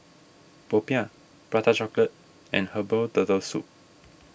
Popiah Prata Chocolate and Herbal Turtle Soup